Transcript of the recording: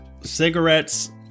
cigarettes